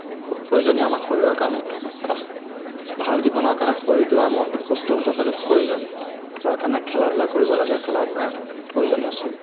খুব প্ৰয়োজনীয় আমাৰ শৰীৰৰ কাৰণে এটা ভাল জীৱনৰ কাৰণে শৰীৰটো আৰু মনটো সুস্থ হৈ থকাটো প্ৰয়োজন যাৰ কাৰণে খেলা ধূলা কৰিব লাগে খেলা ধূলাৰ প্ৰয়োজন আছে